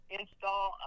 install